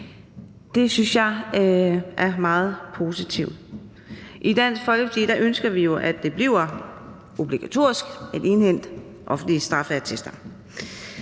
Det synes jeg er meget positivt. I Dansk Folkeparti ønsker vi jo, at det bliver obligatorisk at indhente offentlige straffeattester